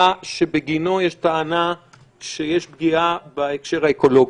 שבגינו יש טענה שיש פגיעה בהקשר האקולוגי.